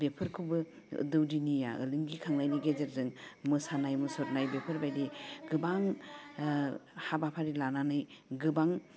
बेफोरखौबो दौदिनिया ओलोंगि खांनायनि गेजेरजों मोसानाय मुसुरनाय बेफोरबायदि गोबां हाबाफारि लानानै गोबां